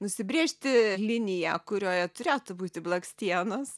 nusibrėžti liniją kurioje turėtų būti blakstienos